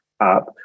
up